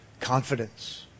confidence